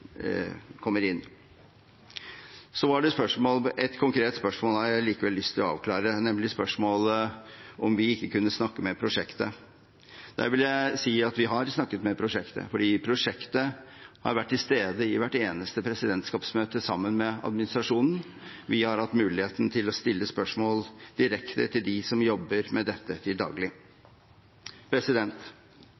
kommer inn. Så var det ett konkret spørsmål jeg likevel har lyst til å avklare, nemlig spørsmålet om vi ikke kunne snakke med prosjektet. Der vil jeg si at vi har snakket med prosjektet, fordi prosjektet har vært til stede i hvert eneste presidentskapsmøte sammen med administrasjonen. Vi har hatt mulighet til å stille spørsmål direkte til dem som jobber med dette til daglig.